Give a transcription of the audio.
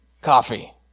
coffee